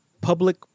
public